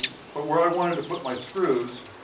but where i wanted to put my screws,